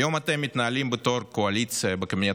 היום אתם מתנהלים בתור קואליציה בקבינט